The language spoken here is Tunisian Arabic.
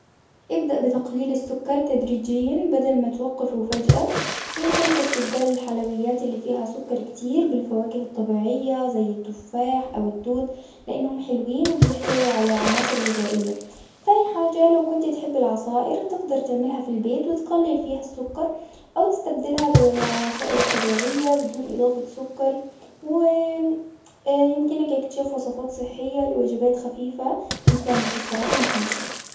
ابدأ بتقليل السكر تدريجيًا بدل ما توقفوا فجأة يمكنك استبدال الحلويات اللي فيها سكر كتير بالفواكه الطبيعية زي التفاح أو التوت لإنهم حلوين وبيحتووا على عناصر ذائية، تاني حاجة لو كنت تحب العصائر تقدر تعملها في البيت وتقلل فيها السكر أو تستبدلها بالعصائر الطبيعية بدون إضافة سكر، و يمكنك اكتشاف وصفات صحية لوجبات خفيفة مثل المكسرات المحمصة.